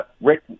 Rick